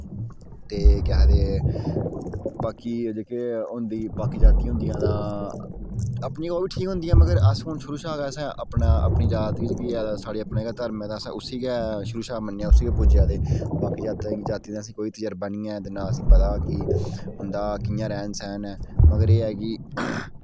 ते कोह् आक्खदे बाकी जेह्के होंदी बाकी जातीं होंदियां ता अपनी ओह् बी ठीक होंदियां मगर अस हुन शुरु शा गै अपनी जात जेह्की ऐ अपना गै घर्म ऐ तां असै उस्सी गै शुरु शा मन्नेआ ते उस्सी गै पुजेआ ते बाकी जातीं दा असें कोई तजरबा निं ऐ ते ना असें पता कि उंदा कियां रैह्न सैह्न ऐ मगर एह् ऐ कि